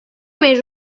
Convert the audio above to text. més